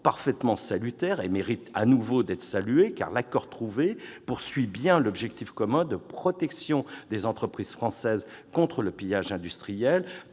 ont donc été utiles et méritent d'être salués, car l'accord trouvé vise bien l'objectif commun de protection des entreprises françaises contre le pillage industriel,